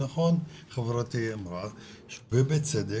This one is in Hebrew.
נכון חברתי אמרה ובצדק,